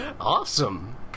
Awesome